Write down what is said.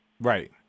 Right